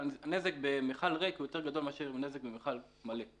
שאז הנזק במכל ריק הוא יותר גדול מאשר נזק במכל מלא.